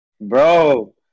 Bro